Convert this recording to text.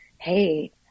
hey